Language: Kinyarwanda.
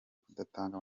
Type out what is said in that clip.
kudatanga